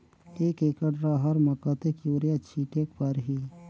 एक एकड रहर म कतेक युरिया छीटेक परही?